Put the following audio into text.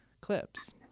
clips